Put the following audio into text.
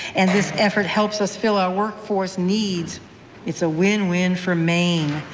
and this effort helps us fill our workforce needs it's a win-win for maine.